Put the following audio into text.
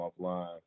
offline